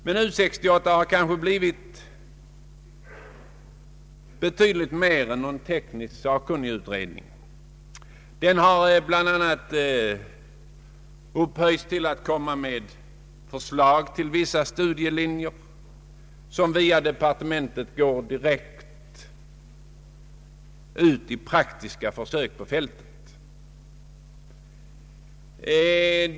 Men U 68 har kanske blivit betydligt mer än en ieknisk sakkunnigutredning. Den har bl.a. upphöjts till att lägga fram förslag om vissa studielinjer, som via departementet gått direkt ut till praktiska försök på fältet.